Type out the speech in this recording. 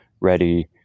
ready